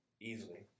easily